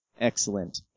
Excellent